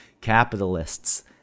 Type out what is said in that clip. capitalists